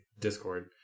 discord